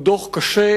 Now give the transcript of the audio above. הוא דוח קשה,